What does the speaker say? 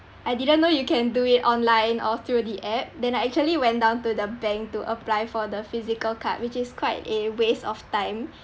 I didn't know you can do it online or through the app then I actually went down to the bank to apply for the physical card which is quite a waste of time